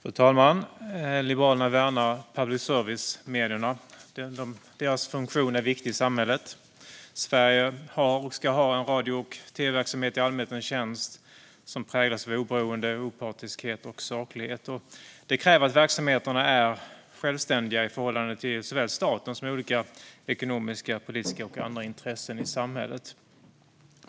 Fru talman! Liberalerna värnar public service-medierna. Deras funktion är viktig i samhället. Sverige har och ska ha en radio och tv-verksamhet i allmänhetens tjänst som präglas av oberoende, opartiskhet och saklighet. Det kräver att verksamheterna är självständiga i förhållande till såväl staten som ekonomiska, politiska och andra intressen i samhället.